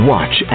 Watch